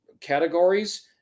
categories